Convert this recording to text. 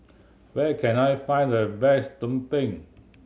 where can I find the best tumpeng